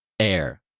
air